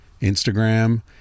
Instagram